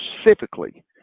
specifically